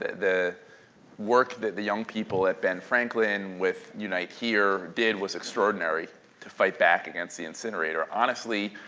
the work that the young people at ben franklin with unite here did was extraordinary to fight back against the incinerator. honestly,